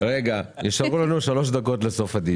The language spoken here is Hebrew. נשארו לנו 3 דקות לסיום הדיון.